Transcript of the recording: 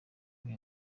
ari